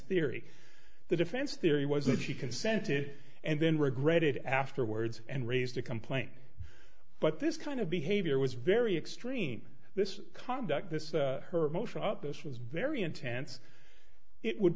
theory the defense theory was that she consented and then regretted afterwards and raised a complaint but this kind of behavior was very extreme this conduct this her emotion up this was very intense it would